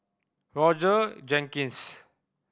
Roger Jenkins